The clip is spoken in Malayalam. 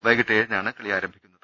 വൈകിട്ട് ഏഴിനാണ് കളി ആരംഭിക്കുന്നത്